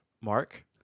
Mark